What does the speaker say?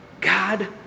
God